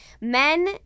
Men